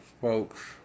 folks